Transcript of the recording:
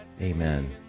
Amen